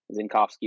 zinkowski